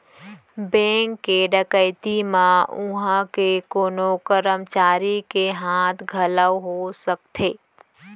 bank के डकैती म उहां के कोनो करमचारी के हाथ घलौ हो सकथे